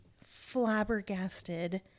flabbergasted